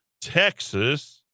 Texas